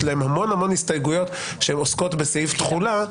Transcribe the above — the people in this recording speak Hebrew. יש להם המון המון הסתייגויות שעוסקות בסעיף תחולה.